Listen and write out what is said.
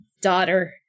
daughter